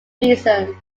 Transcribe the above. reasons